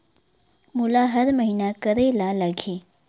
मोला हर महीना करे ल लगही?